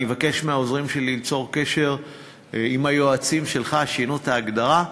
אני אבקש מהעוזרים שלי ליצור קשר עם היועצים שלך ששינו את ההגדרה,